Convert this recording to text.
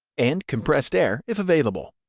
and compressed air, if available.